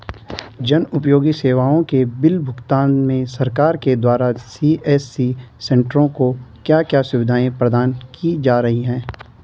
जन उपयोगी सेवाओं के बिल भुगतान में सरकार के द्वारा सी.एस.सी सेंट्रो को क्या क्या सुविधाएं प्रदान की जा रही हैं?